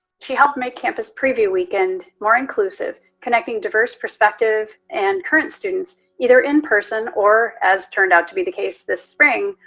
she helped make campus preview weekend more inclusive, connecting diverse perspective and current students, either in person or as turned out to be the case this spring,